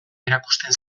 erakusten